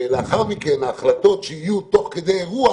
לאחר מכן ההחלטות שיהיו תוך כדי אירוע